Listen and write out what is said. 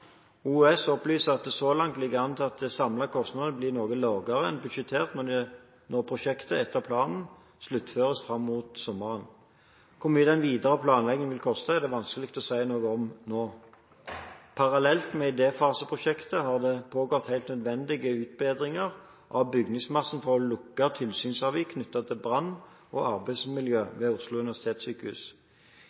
opplyser at det så langt ligger an til at de samlede kostnader blir noe lavere enn budsjettert når prosjektet etter planen sluttføres fram mot sommeren. Hvor mye den videre planlegging vil koste, er det vanskelig å si noe om nå. Parallelt med idéfaseprosjektet har det pågått helt nødvendige utbedringer av bygningsmassen for å lukke tilsynsavvik knyttet til brann og arbeidsmiljø ved Oslo universitetssykehus.